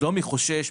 אני מבין ששלומי חושש,